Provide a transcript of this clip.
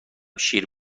شیر